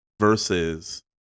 versus